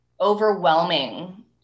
overwhelming